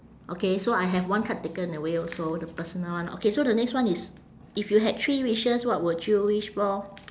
okay so I have one card taken away also the personal one okay so the next one is if you had three wishes what would you wish for